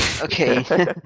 Okay